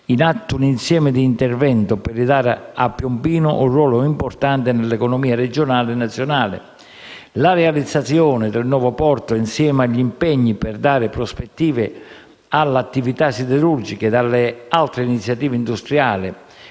in atto un insieme di interventi per ridare a Piombino un ruolo importante nell'economia regionale e nazionale. La realizzazione del nuovo porto, insieme agli impegni per dare prospettiva all'attività siderurgica ed alle altre iniziative industriali